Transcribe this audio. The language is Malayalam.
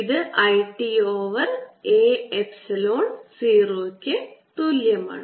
ഇത് I t over A epsilon 0 ക്ക് തുല്യമാണ്